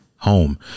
home